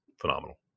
phenomenal